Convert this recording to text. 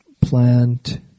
plant